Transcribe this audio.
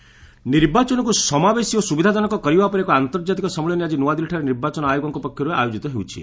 EC conference ନିର୍ବାଚନକୁ ସମାବେଶୀ ଓ ସୁବିଧାଜନକ କରିବା ଉପରେ ଏକ ଆନ୍ତର୍ଜାତିକ ସମ୍ମିଳନୀ ଆଜି ନୂଆଦିଲ୍ଲୀଠାରେ ନିର୍ବାଚନ ଆୟୋଗଙ୍କ ପକ୍ଷରୁ ଆୟୋଜିତ ହେଉଛି